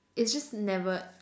it's just never